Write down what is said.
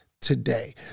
today